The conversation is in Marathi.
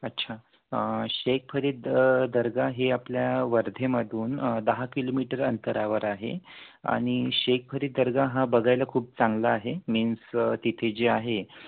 अच्छा शेख फरीद दर्गा हे आपल्या वर्धेमधून दहा किलोमीटर अंतरावर आहे आणि शेख फरीद दर्गा हा बघायला खूप चांगला आहे मिन्स तिथे जे आहे